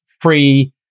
free